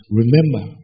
remember